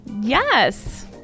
yes